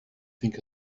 think